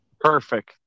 Perfect